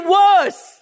worse